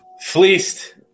Fleeced